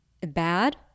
bad